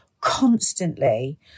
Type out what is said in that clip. constantly